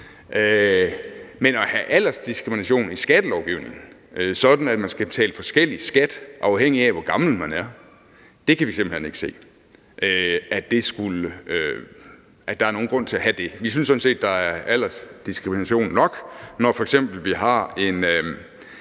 Men at have aldersdiskrimination i skattelovgivningen, sådan at man skal betale forskellig skat, afhængig af hvor gammel man er, kan vi simpelt hen ikke se der skulle være nogen grund til at have. Vi synes sådan set, der er aldersdiskrimination nok, når f.eks. vi har en